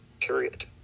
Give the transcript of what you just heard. period